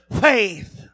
faith